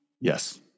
Yes